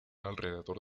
alrededor